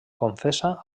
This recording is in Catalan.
confessa